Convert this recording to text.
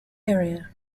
area